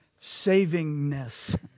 savingness